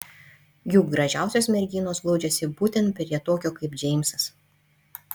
juk gražiausios merginos glaudžiasi būtent prie tokio kaip džeimsas